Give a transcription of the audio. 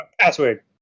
Password